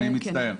אני מצטער,